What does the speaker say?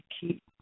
keep